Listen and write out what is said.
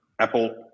Apple